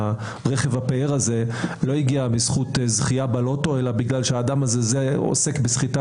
שרכב הפאר הזה לא הגיע בזכות זכייה בלוטו אלא בגלל שהאדם הזה עוסק בסחיטה